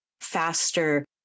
faster